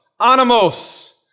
Animos